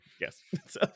Yes